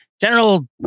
general